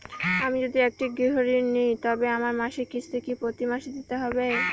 আমি যদি একটি গৃহঋণ নিই তবে আমার মাসিক কিস্তি কি প্রতি মাসে দিতে হবে?